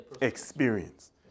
experience